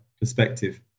perspective